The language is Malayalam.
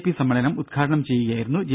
പി സമ്മേളനം ഉദ്ഘാടനം ചെയ്യുകയായിരുന്നു ജെ